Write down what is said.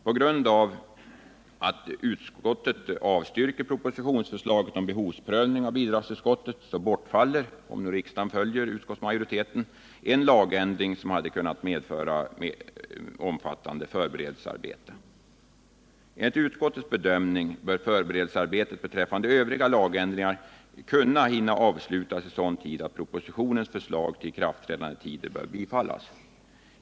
På grund av att utskottet avstyrker propositionsförslaget om behovsprövning av bidragsförskottet bortfaller — om nu riksdagen följer utskottsmajoriteten — en lagändring som hade kunnat medföra ett omfattande förberedelsearbete. Enligt utskottets bedömning bör förberedelsearbetet beträffande övriga lagändringar kunna avslutas i tid, så att propositionens förslag om ikraftträdandetider kan bifallas.